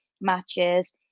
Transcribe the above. matches